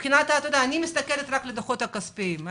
אני מסתכלת רק על הדוחות הכספיים.